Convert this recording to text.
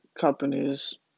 companies